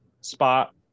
spot